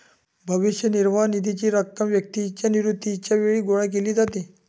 भविष्य निर्वाह निधीची रक्कम व्यक्तीच्या निवृत्तीच्या वेळी गोळा केली जाते